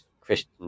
christian